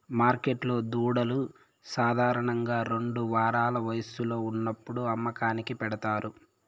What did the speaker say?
మార్కెట్లో దూడలు సాధారణంగా రెండు వారాల వయస్సులో ఉన్నప్పుడు అమ్మకానికి పెడతారు